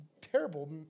Terrible